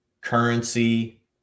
currency